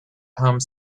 home